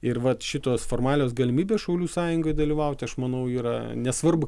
ir vat šitos formalios galimybės šaulių sąjungoj dalyvauti aš manau yra nesvarbu